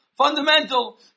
fundamental